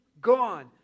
gone